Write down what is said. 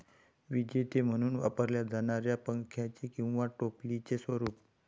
विजेते म्हणून वापरल्या जाणाऱ्या पंख्याचे किंवा टोपलीचे स्वरूप